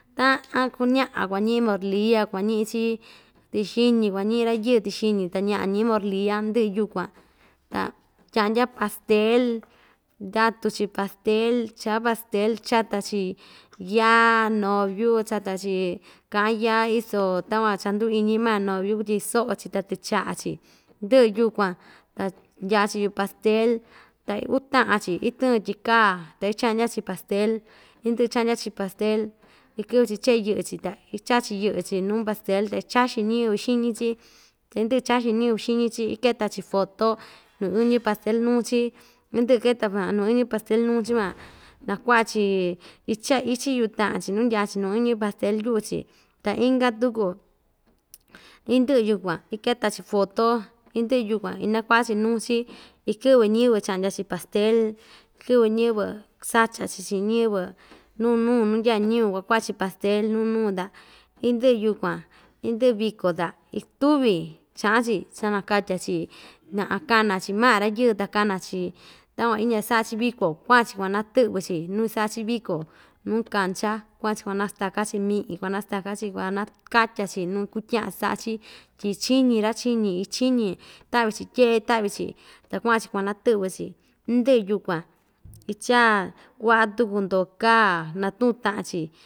Taꞌan ñaꞌa kuañiꞌi moralia kuañiꞌi‑chi tixiñi kuañiꞌi rayɨɨ tixin ta ñaꞌa ñiꞌin morlia ndɨꞌɨ yukuan ta tyandya pastel ndatu‑chi pastel chaa pastel chata‑chi yaa noviu chata‑chi kaꞌan yaa iso takuan cha nduu iñi maa noviu tyi soꞌo‑chi ta tɨchaꞌa‑chi ndɨꞌɨ yukuan ta ndya‑chi yuꞌu pastel ta uutaꞌan chi itɨɨn tyikaa ta ichaꞌndya‑chi pastel indɨꞌɨ ichaꞌndya‑chi pastel ikɨꞌvɨ‑chi cheeyɨꞌɨ‑chi ta ichachi yɨꞌɨ‑chi nuu pastel ta ichaxin ñiyɨvɨ xiñi‑chi indɨꞌɨ ichaxin ñiyɨvɨ xiñi‑chi iketa‑chi foto nuu ɨñɨ pastel nuu‑chi indɨꞌɨ iketa nuu ɨñɨ pastel nuu‑chi van ta kuaꞌa‑chi ichaꞌa ichiꞌi yuꞌu taꞌan‑chi nuu ndyaa‑chi nuu ɨñɨ pastel yuꞌu‑chi ta inka tuku indɨꞌɨ yukuan iketa‑chi foto indɨꞌɨ yukuan ina kuaꞌa‑chi nuu‑chi ikɨꞌɨ ñiyɨvɨ chaꞌndya‑chi pastel kɨꞌvɨ ñiyɨvɨ sacha‑chi chiꞌin ñiyɨvɨ nuu nuu nundyaa ñiyɨvɨ kua kuaꞌa‑chi pastel nuu nuu ta indiꞌi yukuan indɨꞌɨ viko ta ituvi chaꞌan‑chi chanakatya‑chi kana‑chi maꞌa rayɨɨ ta kana‑chi takuan indya saꞌa‑chi viko kuaꞌa‑chi kuanatɨꞌvɨ‑chi nuu isaꞌa‑chi viko nuu kancha kuaꞌa‑chi kuanastaka‑chi miꞌin kuanastaka‑chi kuanakatya‑chi nuu kutyaꞌan saꞌa‑chi tyi chiñi ra‑chiñi ichiñi taꞌvi‑chi tyeꞌe taꞌvi‑chi ta kuaꞌan‑chi kuanatɨꞌvɨ‑chi indɨꞌɨ yukuan ichaa kuaꞌa tuku ndoo kaa natuꞌun taꞌan‑chi.